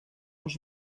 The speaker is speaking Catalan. els